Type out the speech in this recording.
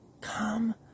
come